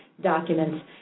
documents